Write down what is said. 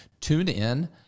TuneIn